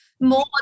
more